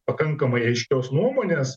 pakankamai aiškios nuomonės